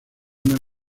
una